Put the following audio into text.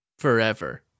forever